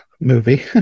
movie